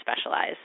specialize